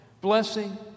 Blessing